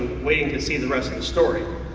waiting to see the rest of the story.